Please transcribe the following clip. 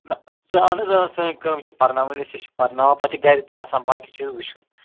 نہَ سُہ اَہَن حظ آ سٲنۍ کٲم چھِ پَرناوٕنۍ أسۍ ہَے چھِ پَرناوان پَتہٕ چھِ گَرِ تہِ آسان باقٕے چیٖز وُچھِنۍ